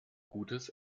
gutes